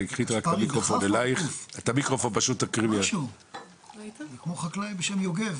תודה רבה.